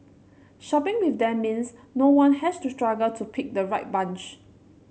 shopping with them means no one has to struggle to pick the right bunch